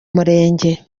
murenge